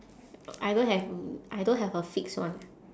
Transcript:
I don't have I don't have a fixed one